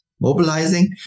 mobilizing